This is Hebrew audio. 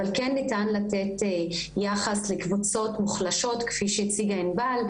אבל כן ניתן לתת יחס לקבוצות מוחלשות כפי שהציגה ענבל,